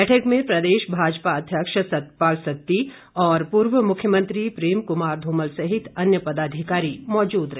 बैठक में प्रदेश भाजपा अध्यक्ष सतपाल सत्ती और पूर्व मुख्यमंत्री प्रेम कुमार धूमल सहित अन्य पदाधिकारी मौजूद रहे